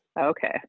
okay